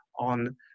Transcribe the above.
On